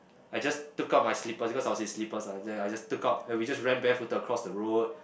I just took out my slippers because I was in slippers ah then I just took out and we just ran barefooted across the road